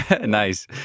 nice